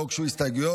לא הוגשו הסתייגויות,